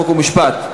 חוק ומשפט.